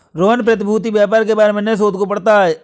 रोहन प्रतिभूति व्यापार के बारे में नए शोध को पढ़ता है